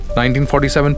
1947